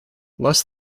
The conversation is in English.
less